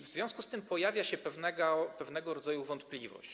W związku z tym pojawia się pewnego rodzaju wątpliwość.